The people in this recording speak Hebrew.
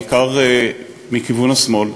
בעיקר מכיוון השמאל,